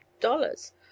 dollars